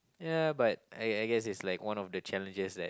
ya but I I guess it's like one of the challenges that